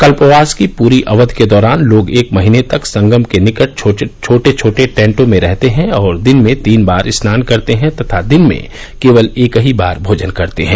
कल्पवास की पूरी अवधि के दौरान लोग एक महीने तक संगम के निकट छोटे छोटे टैंटों में रहते हैं और दिन में तीन बार स्नान करते हैं तथा दिन में केवल एक ही बार भोजन करते हैं